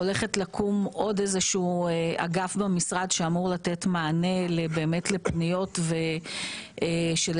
הולכת לקום עוד איזשהו אגף במשרד שאמור לתת מענה לפניות של אזרחים,